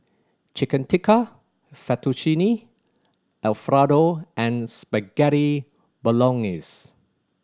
Chicken Tikka Fettuccine Alfredo and Spaghetti Bolognese